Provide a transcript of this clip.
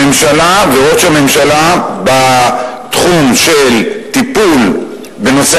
הממשלה וראש הממשלה בתחום של טיפול בנושא